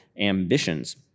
ambitions